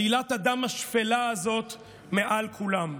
עלילת הדם השפלה הזאת מעל כולם: